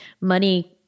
money